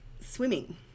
swimming